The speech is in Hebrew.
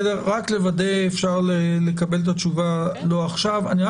רק לוודא אפשר לקבל את התשובה לא עכשיו אני רק